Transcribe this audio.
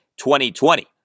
2020